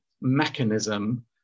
mechanism